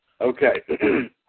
Okay